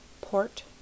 Port